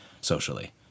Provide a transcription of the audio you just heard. socially